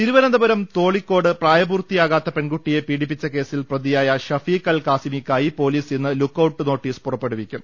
തിരുവനന്തപുരം തോളിക്കോട് പ്രായപൂർത്തിയാകാത്ത പെൺകുട്ടിയെ പീഡിപ്പിച്ച കേസിൽ പ്രതിയായ ഇമാം ഷഫീഖ് അൽ ഖാസിമിക്കായി പൊലീസ് ഇന്ന് ലുക്ക് ഔട്ട് നോട്ടീസ് പുറ ത്തിറക്കും